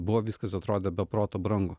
buvo viskas atrodė be proto brangu